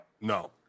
No